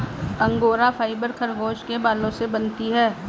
angora fibre खरगोश के बालों से बनती है